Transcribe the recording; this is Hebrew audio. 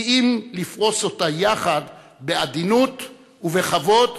כי אם לפרוס אותה יחד, בעדינות ובכבוד,